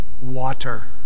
water